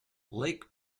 lake